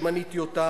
שמניתי אותם,